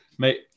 Mate